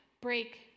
break